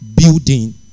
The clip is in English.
building